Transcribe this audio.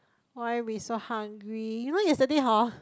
why we so hungry even yesterday hor